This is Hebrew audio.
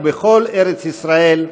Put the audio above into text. ובכל ארץ ישראל,